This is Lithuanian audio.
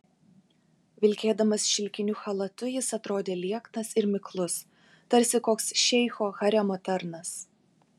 vilkėdamas šilkiniu chalatu jis atrodė lieknas ir miklus tarsi koks šeicho haremo tarnas